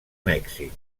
mèxic